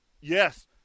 yes